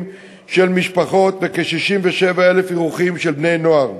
של משפחות וכ-67,000 אירוחים של בני-נוער.